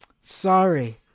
sorry